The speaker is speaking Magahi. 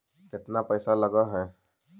केतना पैसा लगय है?